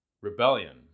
Rebellion